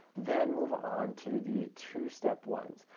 then move on to the two-step ones.